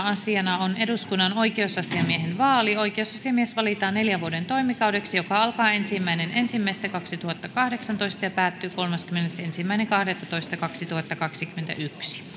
asiana on eduskunnan oikeusasiamiehen vaali oikeusasiamies valitaan neljän vuoden toimikaudeksi joka alkaa ensimmäinen ensimmäistä kaksituhattakahdeksantoista ja päättyy kolmaskymmenesensimmäinen kahdettatoista kaksituhattakaksikymmentäyksi